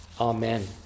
amen